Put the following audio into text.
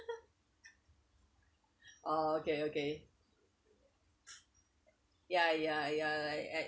oh okay okay ya ya ya I I